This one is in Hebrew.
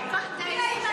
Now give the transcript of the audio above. מידע, ספר תהילים.